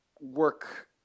work